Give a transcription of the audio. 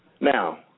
Now